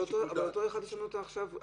יש שיקול דעת.